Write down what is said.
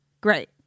Great